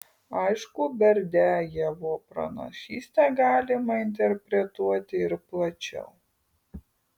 aišku berdiajevo pranašystę galima interpretuoti ir plačiau